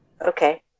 okay